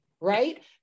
right